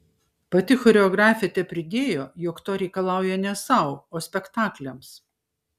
pati choreografė tepridėjo jog to reikalauja ne sau o spektakliams